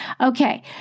Okay